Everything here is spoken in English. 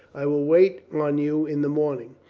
i will wait on you in the morning.